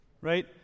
Right